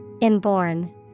Inborn